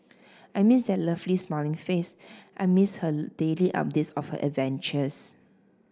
I miss that lovely smiling face I miss her daily updates of her adventures